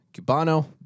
Cubano